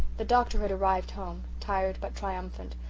the doctor had arrived home, tired but triumphant,